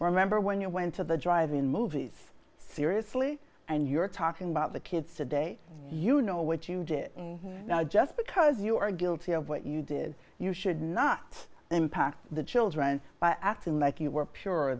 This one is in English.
remember when you went to the drive in movies seriously and you're talking about the kids today you know what you did now just because you are guilty of what you did you should not impact the children by acting like you were pure